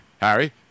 Harry